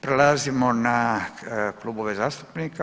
Prelazimo na klubove zastupnika.